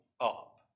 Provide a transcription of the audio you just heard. up